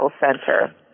center